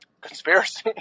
conspiracy